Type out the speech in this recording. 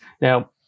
Now